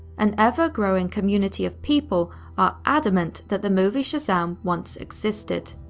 an ever growing community of people are adamant that the movie shazam once existed.